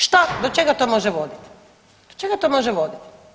Šta, do čega to može vodit, do čega to može vodit?